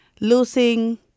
losing